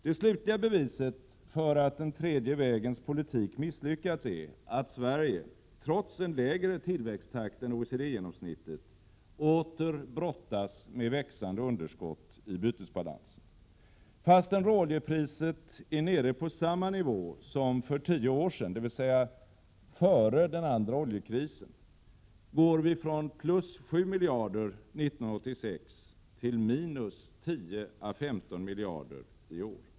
Det slutliga beviset för att den tredje vägens politik misslyckats är att Sverige trots en lägre tillväxttakt än OECD-genomsnittet åter brottas med växande underskott i bytesbalansen. Fastän råoljepriset är nere på samma nivå som för tio år sedan, dvs. före den andra oljekrisen, går vi från plus 7 miljarder 1986 till minus 10—15 miljarder i år.